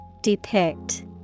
Depict